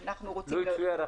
-- ברור.